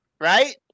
right